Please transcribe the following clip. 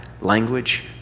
language